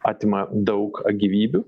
atima daug gyvybių